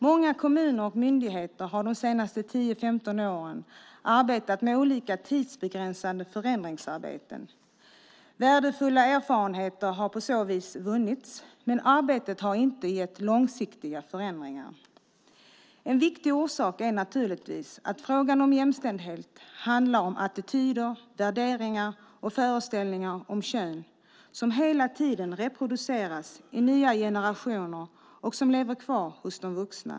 Många kommuner och myndigheter har under de senaste 10-15 åren arbetat med olika tidsbegränsade förändringsarbeten. Värdefulla erfarenheter har på så vis vunnits, men arbetet har inte gett långsiktiga förändringar. En viktig orsak är naturligtvis att frågan om jämställdhet handlar om attityder, värderingar och föreställningar om kön som hela tiden reproduceras i nya generationer och som lever kvar hos de vuxna.